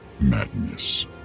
madness